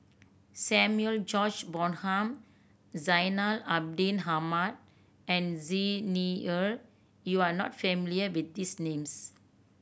Samuel George Bonham Zainal Abidin Ahmad and Xi Ni Er you are not familiar with these names